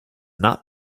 not